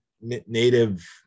native